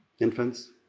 infants